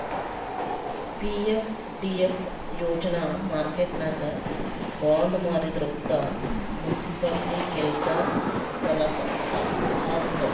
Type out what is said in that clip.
PFDF ಯೋಜನಾ ಮಾರ್ಕೆಟ್ನಾಗ್ bond ಮಾರಿದ್ ರೊಕ್ಕಾ ಮುನ್ಸಿಪಾಲಿಟಿ ಕೆಲ್ಸಾ ಸಲಾಕ್ ಹಾಕ್ತುದ್